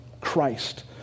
Christ